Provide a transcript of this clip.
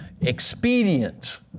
expedient